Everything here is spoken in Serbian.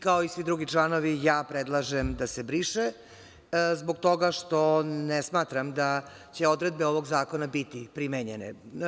Kao i svi drugi članovi, predlažem da se briše zbog toga što ne smatram da će odredbe ovog zakona biti primenjene.